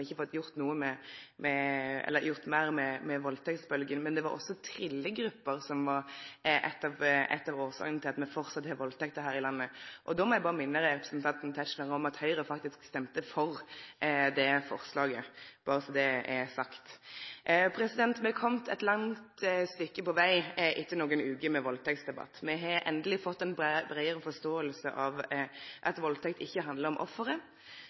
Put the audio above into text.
Ikkje berre var det pappaperm som var grunnen til at me ikkje har fått gjort noko meir med valdtektsbølgja, men òg trillegrupper var ei av årsakene til at me framleis har valdtekter her i landet. Og då må eg berre minne representanten Tetzschner om at Høgre faktisk stemte for det forslaget. Berre så det er sagt. Me er komne eit langt stykke på veg etter fleire veker med valdtektsdebatt. Me har endeleg fått ei breiare forståing av at valdtekt ikkje handlar om